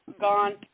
Gone